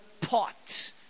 pot